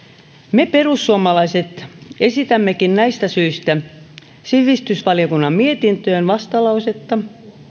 me perussuomalaiset esitämmekin näistä syistä sivistysvaliokunnan mietintöön vastalausetta